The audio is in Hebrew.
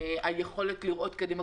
היכולת לראות קדימה,